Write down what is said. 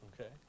okay